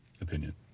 opinion